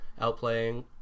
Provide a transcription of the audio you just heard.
outplaying